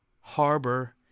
Harbor